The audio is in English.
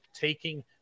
taking